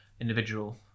individual